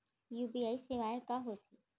UPI सेवाएं का होथे?